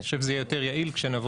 אני חושב שזה יהיה יותר יעיל כשנבוא